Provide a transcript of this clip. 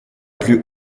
plus